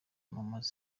namaze